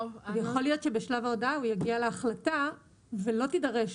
יכול להיות שבשלב ההודעה הוא יגיע להחלטה לפיה לא תידרש